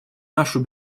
нашу